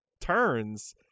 turns